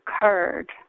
occurred